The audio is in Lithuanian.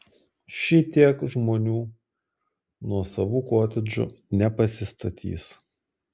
šitiek žmonių nuosavų kotedžų nepasistatys